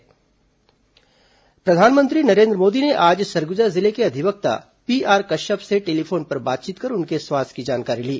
प्रधानमंत्री बातचीत प्रधानमंत्री नरेन्द्र मोदी ने आज सरगुजा जिले के अधिवक्ता पीआर कश्यप से टेलीफोन पर बातचीत कर उनके स्वास्थ्य की जानकारी ली